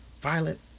violent